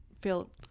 feel